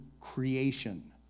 creation